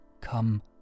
come